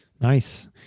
Nice